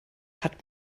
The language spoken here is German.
hat